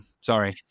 Sorry